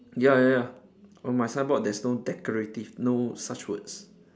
ya ya ya on my signboard there's no decorative no such words